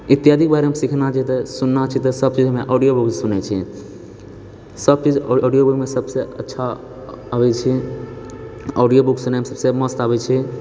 इत्यादिके बारेमे सीखना छै तऽ सुनना छै तऽ सबचीजमे ऑडियो बुक से सुनै छियै सब चीज ऑडियो बुकमे सबसँ अच्छा आबैत छै ऑडियो बुक सुनैमे सबसे मस्त आबैत छै